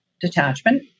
detachment